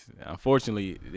unfortunately